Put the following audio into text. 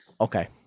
okay